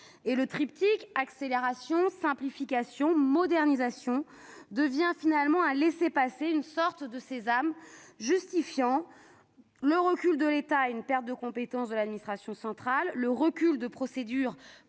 Le triptyque accélération-simplification-modernisation devient une sorte de laissez-passer, de sésame justifiant le retrait de l'État et une perte de compétences de l'administration centrale, le recul de procédures